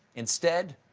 instead,